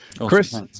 Chris